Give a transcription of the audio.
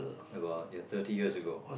about ya thirty years ago